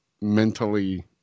mentally